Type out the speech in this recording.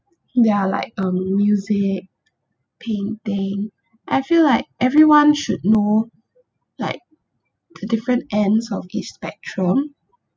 ya like um music painting I feel like everyone should know like the different ends of each spectrum